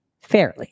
fairly